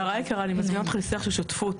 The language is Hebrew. יערה יקרה, אני מזמינה אותך לשיח של שותפות.